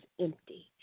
empty